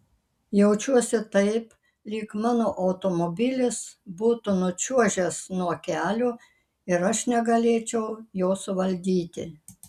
jaučiuosi taip lyg mano automobilis būtų nučiuožęs nuo kelio ir aš negalėčiau jo suvaldyti